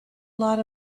lot